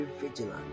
vigilant